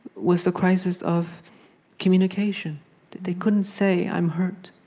was a crisis of communication that they couldn't say, i'm hurt.